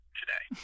today